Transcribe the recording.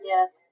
Yes